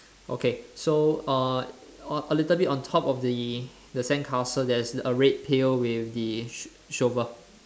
okay so uh all a little bit on top of the the sandcastle there's a red pail with the sh~ shovel